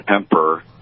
Emperor